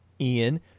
Ian